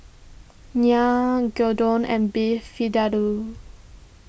Naan Gyudon and Beef Vindaloo